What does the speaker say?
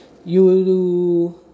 you will do